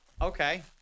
Okay